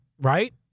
right